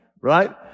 right